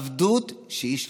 עבדות שהיא שליחות.